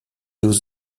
used